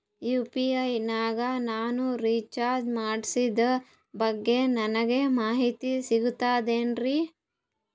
UPI ನಾಗ ನಾನು recharge ಮಾಡಿಸಿದ ಬಗ್ಗೆ ನನಗೆ ಮಾಹಿತಿ ಸಿಗುತೇನ್ರೀ?